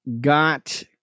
got